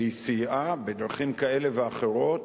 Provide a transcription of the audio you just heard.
והיא סייעה בדרכים כאלה ואחרות,